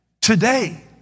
Today